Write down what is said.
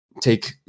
take